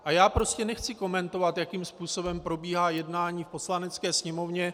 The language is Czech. A já prostě nechci komentovat, jakým způsobem probíhá jednání v Poslanecké sněmovně.